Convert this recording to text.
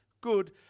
good